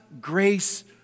grace